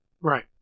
right